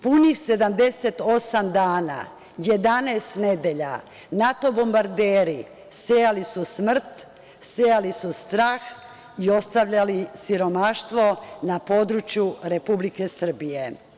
Punih 78 dana, 11 nedelja, NATO bombarderi sejali su smrt, sejali su strah i ostavljali siromaštvo na području Republike Srbije.